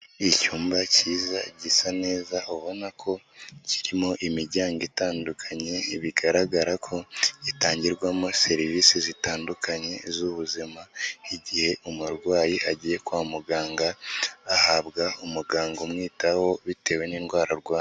Icyumba kiza gisa neza ubona ko kirimo imiryango itandukanye bigaragara ko gitangirwamo serivisi zitandukanye z'ubuzima, igihe umurwayi agiye kwa muganga ahabwa umuganga umwitaho bitewe n'indwara arwaye.